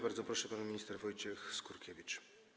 Bardzo proszę, pan minister Wojciech Skurkiewicz.